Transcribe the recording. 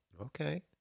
Okay